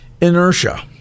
inertia –